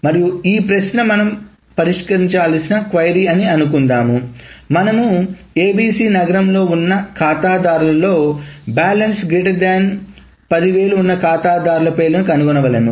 మరియు ఈ ప్రశ్న మనం పరిష్కరించాల్సిన క్వెరీ అని అనుకుందాం మనము ఈ ABC నగరంలో ఉన్న ఖాతాదారులో బ్యాలెన్స్ 10000 ఉన్నఖాతాదారులందరి పేర్లను కనుగొనవలెను